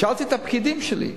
שאלתי את הפקידים שלי.